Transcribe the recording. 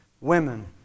women